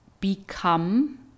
become